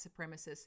supremacists